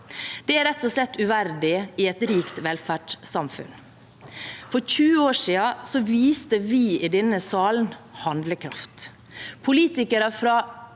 Det er rett og slett uverdig i et rikt velferdssamfunn. For 20 år siden viste vi i denne salen handlekraft. Politikere fra